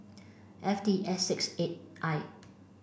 F T S six eight I